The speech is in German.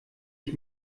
ich